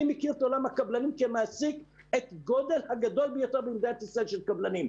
אני מכיר את עולם הקבלנים כמעסיק הגדול ביותר במדינת ישראל את הקבלנים.